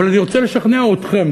אבל אני רוצה לשכנע אתכם,